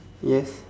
yes